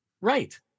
Right